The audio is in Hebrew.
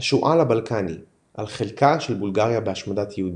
"השועל הבלקני – על חלקה של בולגריה בהשמדת יהודים",